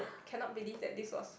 cannot believe that this was